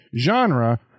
genre